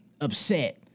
upset